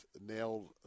nailed